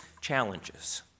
challenges